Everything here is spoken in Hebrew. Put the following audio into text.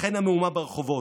לכן המהומה ברחובות.